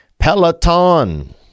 Peloton